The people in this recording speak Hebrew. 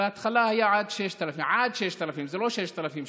בהתחלה היה עד 6,000, עד, זה לא 6,000 שקל,